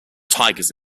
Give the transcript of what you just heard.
tigers